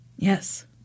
Yes